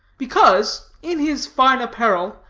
because, in his fine apparel,